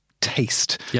taste